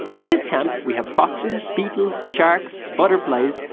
in this camp, we have foxes, beetles, sharks, butterflies,